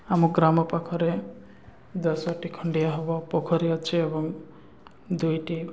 ଆମ ଗ୍ରାମ ପାଖରେ ଦଶଟି ଖଣ୍ଡିଆ ହବ ପୋଖରୀ ଅଛି ଏବଂ ଦୁଇଟି